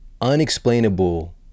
unexplainable